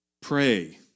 Pray